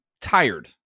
tired